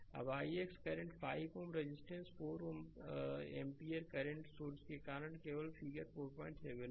अब ix current 5 Ω resistance 4 ampere current source के कारण केवल फिगर 47 में दिखाया गया है